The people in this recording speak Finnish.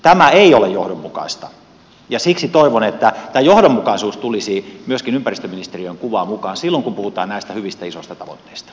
tämä ei ole johdonmukaista ja siksi toivon että tämä johdonmukaisuus tulisi myöskin ympäristöministeriöön kuvaan mukaan silloin kun puhutaan näistä hyvistä isoista tavoitteista